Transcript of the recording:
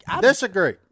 Disagree